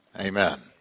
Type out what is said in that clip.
Amen